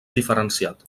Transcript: diferenciat